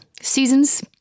seasons